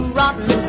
rotten